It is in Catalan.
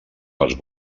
les